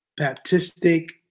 Baptistic